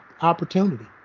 opportunity